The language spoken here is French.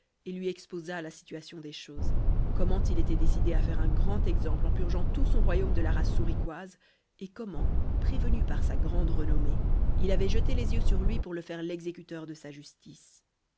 et lui exposa la situation des choses comment il était décidé à faire un grand exemple en purgeant tout son royaume de la race souriquoise et comment prévenu par sa grande renommée il avait jeté les yeux sur lui pour le faire l'exécuteur de sa justice